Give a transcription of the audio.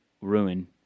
ruin